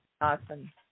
Awesome